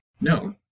No